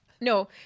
No